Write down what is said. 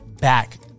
back